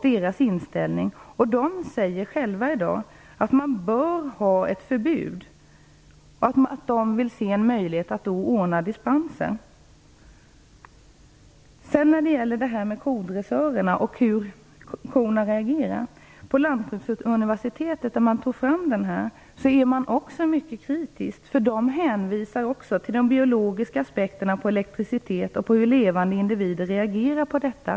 Veterinärförbundet anser i dag att man bör ha ett förbud med dispensmöjligheter. När det gäller kodressörerna och hur korna reagerar är man också på Lantbruksuniversitetet mycket kritisk. Man hänvisar till de biologiska apsekterna på elektricitet och på hur levande individer reagerar på detta.